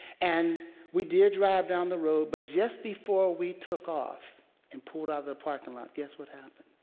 and we did drive down the road, but just before we took off and pulled out of the parking lot, guess what happened?